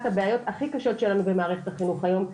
הבעיות הכי קשות שלנו במערכת החינוך היום,